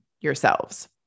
yourselves